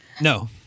No